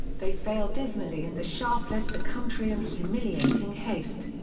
they failed dismally and the shah fled the country in humiliating haste.